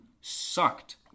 sucked